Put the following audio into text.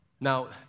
Now